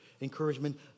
encouragement